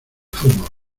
fútbol